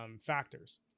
factors